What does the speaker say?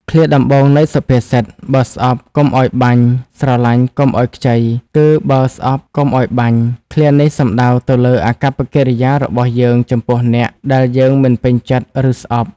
ឃ្លាដំបូងនៃសុភាសិត "បើស្អប់កុំឲ្យបាញ់ ស្រឡាញ់កុំឲ្យខ្ចី" គឺ "បើស្អប់កុំឲ្យបាញ់" ឃ្លានេះសំដៅទៅលើអាកប្បកិរិយារបស់យើងចំពោះអ្នកដែលយើងមិនពេញចិត្ត ឬស្អប់។